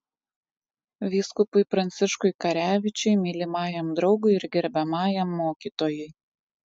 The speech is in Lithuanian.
vyskupui pranciškui karevičiui mylimajam draugui ir gerbiamajam mokytojui